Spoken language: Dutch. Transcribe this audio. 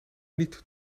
niet